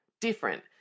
Different